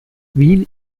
wien